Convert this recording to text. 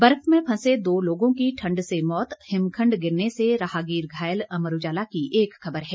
बर्फ में फंसे दो लोगों की ठंड से मौत हिमखंड गिरने से राहगीर घायल अमर उजाला की एक खबर है